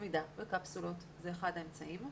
למידה בקפסולות זה אחד האמצעים.